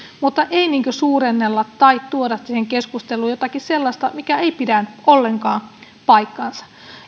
mutta ei suurennella tai tuoda siihen keskusteluun jotakin sellaista mikä ei pidä ollenkaan paikkaansa